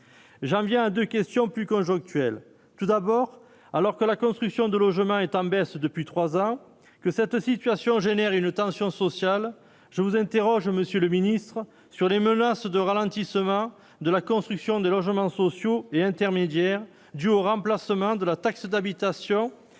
j'en viens à 2 questions plus conjoncturel, tout d'abord, alors que la construction de logements est en baisse depuis 3 ans que cette situation génère une tension sociale je vous interroge monsieur le ministre, sur les menaces de ralentissement de la construction de logements sociaux et intermédiaires due au remplacement de la taxe d'habitation